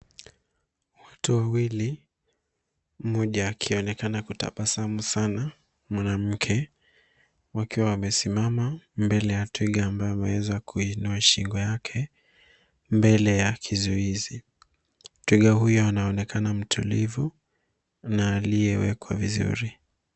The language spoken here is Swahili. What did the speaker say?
Watu wawili mmoja akionekana kutabasamu sana mwanamke wakiwa wamesimama mbele ya twiga ambaye ameweza kuinua shingo yake mbele ya kizuizi. Twiga huyo anaonekana mtulivu na aliyewekwa vizuri.